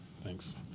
Thanks